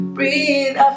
Breathe